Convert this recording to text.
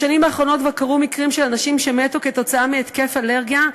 בשנים האחרונות כבר קרו מקרים של אנשים שמתו כתוצאה מהתקף אלרגיה,